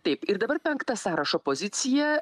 taip ir dabar penkta sąrašo pozicija